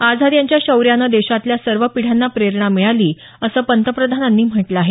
आझाद यांच्या शौर्यानं देशातल्या सर्व पिढ्यांना प्रेरणा मिळाली असं पंतप्रधानांनी म्हटलं आहे